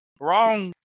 wrong